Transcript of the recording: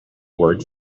word